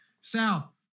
Sal